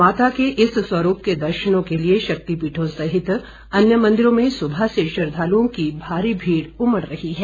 माता के इस स्वरूप के दर्शनों के लिए शक्तिपीठों सहित अन्य मंदिरों में सुबह से श्रद्धालुओं की भारी भीड़ उमड़ रही है